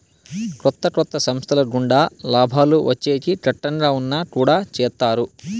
కొత్త కొత్త సంస్థల గుండా లాభాలు వచ్చేకి కట్టంగా ఉన్నా కుడా చేత్తారు